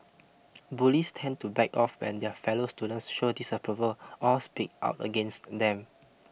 bullies tend to back off when their fellow students show disapproval or speak out against them